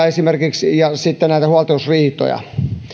esimerkiksi huoltokiusaustapauksia ja huoltajuusriitoja